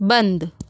बंद